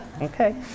okay